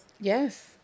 Yes